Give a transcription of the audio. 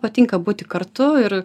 patinka būti kartu ir